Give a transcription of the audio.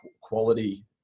quality